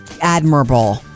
admirable